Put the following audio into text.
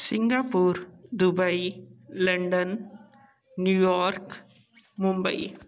Singapore Dubai London New York Mumbai